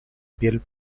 piel